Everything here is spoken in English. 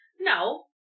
No